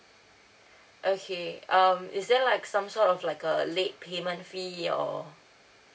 okay um is there like some sort of like a late payment fee or